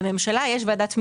בממשלה יש ועדת מינויים,